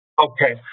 Okay